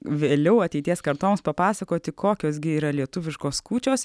vėliau ateities kartoms papasakoti kokios gi yra lietuviškos kūčios